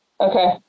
Okay